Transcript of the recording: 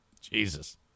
Jesus